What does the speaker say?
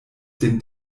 dem